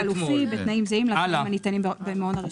חלופי בתנאים זהים לתנאים הניתנים במעון הרשמי.